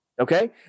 Okay